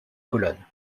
colonne